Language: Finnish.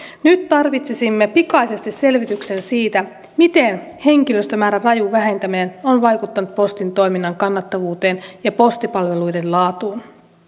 nyt tarvitsisimme pikaisesti selvityksen siitä miten henkilöstömäärän raju vähentäminen on vaikuttanut postin toiminnan kannattavuuteen ja postipalveluiden laatuun